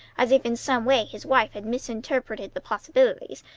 as if in some way his wife had misrepresented the possibilities,